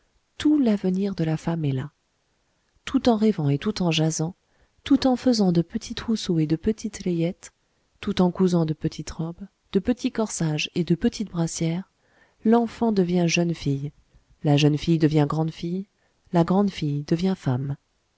tout l'avenir de la femme est là tout en rêvant et tout en jasant tout en faisant de petits trousseaux et de petites layettes tout en cousant de petites robes de petits corsages et de petites brassières l'enfant devient jeune fille la jeune fille devient grande fille la grande fille devient femme